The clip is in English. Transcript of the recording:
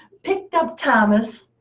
picked up thomas,